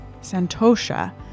santosha